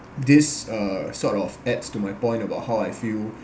this uh sort of adds to my point about how I feel